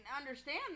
understand